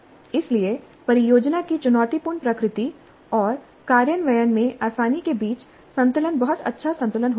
इसलिए परियोजना की चुनौतीपूर्ण प्रकृति और कार्यान्वयन में आसानी के बीच संतुलन बहुत अच्छा संतुलन होना चाहिए